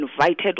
invited